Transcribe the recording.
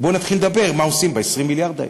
בואו נתחיל לדבר, מה עושים ב-20 מיליארד האלה.